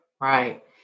right